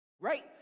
Right